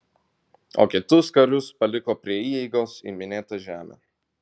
o kitus karius paliko prie įeigos į minėtą žemę